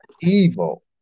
Evil